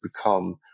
become